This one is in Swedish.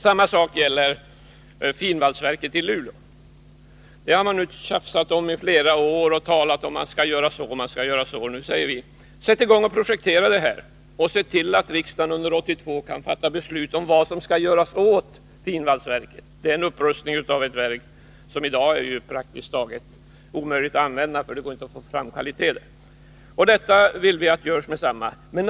Samma sak gäller finvalsverket i Luleå. Det har man tjafsat om i flera år. Nu säger vi: Sätt i gång och projektera detta verk och se till att riksdagen under 1982 kan fatta beslut om vad som skall göras åt finvalsverket! Det verk som i dag finns är praktiskt taget omöjligt att använda, eftersom det inte går att få fram kvalitet.